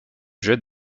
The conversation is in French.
jette